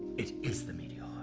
it is the meteor.